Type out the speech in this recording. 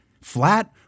flat